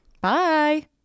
bye